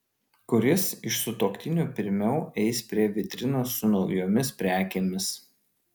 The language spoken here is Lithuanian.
kuris iš sutuoktinių pirmiau eis prie vitrinos su naujomis prekėmis